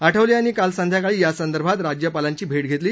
आठवले यांनी काल संध्याकाळी यासंदर्भात राज्यपालांची भेट घेतली